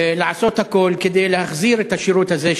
לעשות הכול כדי להחזיר את השירות הזה,